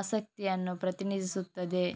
ಆಸಕ್ತಿಯನ್ನು ಪ್ರತಿನಿಧಿಸುತ್ತದೆ